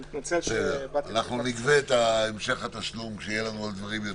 אני מתנצל --- אנו נגבה את המשך התשלום כשיהיו לנו עוד דברים.